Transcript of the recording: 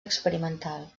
experimental